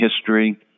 history